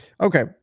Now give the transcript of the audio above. Okay